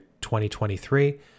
2023